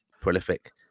prolific